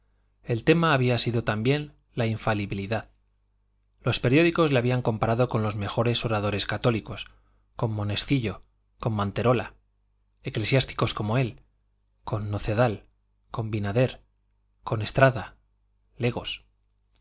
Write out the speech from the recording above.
el tema había sido también la infalibilidad los periódicos le habían comparado con los mejores oradores católicos con monescillo con manterola eclesiásticos como él con nocedal con vinader con estrada legos y